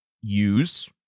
use